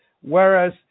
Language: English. Whereas